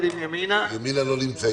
ימינה לא נמצאים כאן.